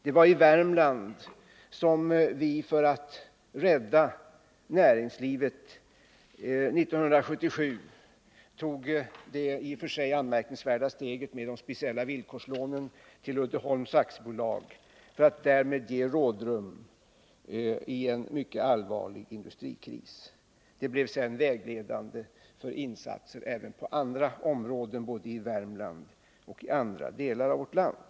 Det var i Värmland som vi för att rädda näringslivet 1977 tog det i sig anmärkningsvärda steget att bevilja de speciella villkorslånen till Uddeholm AB, för att därmed ge rådrum i en mycket allvarlig industrikris. Denna lösning blev sedan vägledande för insatser även på andra områden både i Värmland och i andra delar av vårt land.